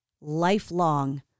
lifelong